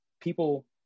people